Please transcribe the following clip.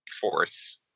force